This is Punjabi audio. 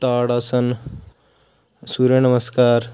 ਤਾੜ ਆਸਨ ਸੂਰਿਆ ਨਮਸਕਾਰ